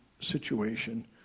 situation